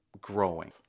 growing